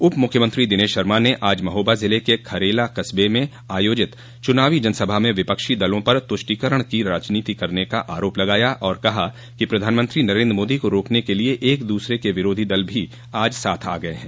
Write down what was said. उप मुख्यमंत्री दिनेश शर्मा ने आज महोबा जिले के खरेला कस्बे में आयोजित चुनावी जनसभा में विपक्षी दलों पर तुष्टिकरण की राजनीति करने का आरोप लगाया और कहा कि प्रधानमंत्री नरेन्द्र मोदी को रोकने के लिए एक दूसरे के विरोधी दल भी आज साथ आ गये हैं